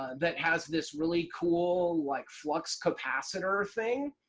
that has this really cool like, flux capacitor thing,